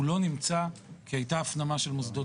הוא לא נמצא כי הייתה הפנמה של מוסדות